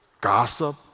gossip